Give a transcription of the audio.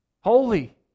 Holy